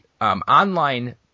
online